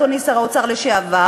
אדוני שר האוצר לשעבר,